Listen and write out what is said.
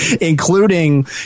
including